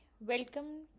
welcome